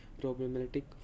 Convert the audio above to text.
problematic